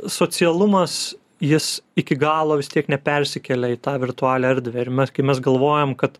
socialumas jis iki galo vis tiek nepersikelia į tą virtualią erdvę ir mes kai mes galvojam kad